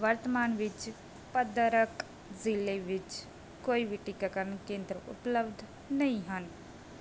ਵਰਤਮਾਨ ਵਿੱਚ ਭਦਰਕ ਜ਼ਿਲ੍ਹੇ ਵਿੱਚ ਕੋਈ ਵੀ ਟੀਕਾਕਰਨ ਕੇਂਦਰ ਉਪਲਬਧ ਨਹੀਂ ਹਨ